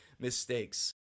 mistakes